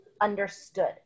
understood